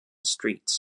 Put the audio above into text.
streets